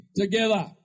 together